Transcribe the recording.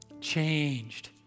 changed